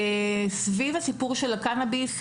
סביב הסיפור של הקנביס,